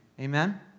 Amen